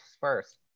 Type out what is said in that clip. first